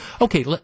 Okay